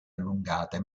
allungate